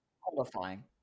qualifying